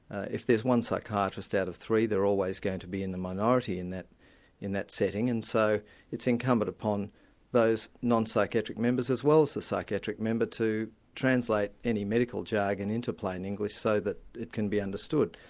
if there's one psychiatrist out of three, they're always going to be in the minority in that in that setting, and so it's incumbent upon those non-psychiatric members as well as the psychiatric member to translate any medical jargon into plain english so that it can be understood.